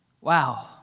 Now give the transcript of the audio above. Wow